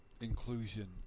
inclusion